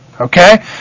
Okay